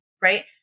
right